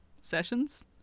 sessions